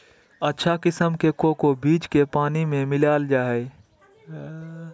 अच्छा किसम के कोको बीज के पानी मे मिला के ऊंच तापमान मे तैयार करल जा हय